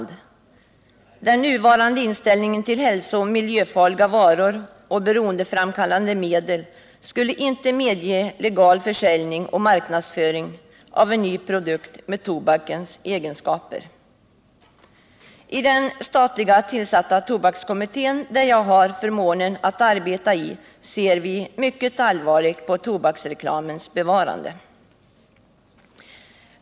Med den nuvarande inställningen till hälsooch miljöfarliga varor och till beroendeframkallande medel skulle man inte medge legal försäljning och marknadsföring av en ny produkt med tobakens egenskaper. I den av staten tillsatta tobakskommittén, i vilken jag har förmånen att arbeta, ser vi mycket allvarligt på tobaksreklamens bevarande.